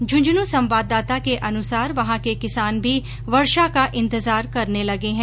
झुन्झुनू संवाददाता के अनुसार वहां के किसान भी वर्षा का इंतजार करने लगे हैं